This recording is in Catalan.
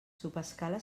subescala